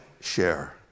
share